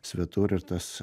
svetur ir tas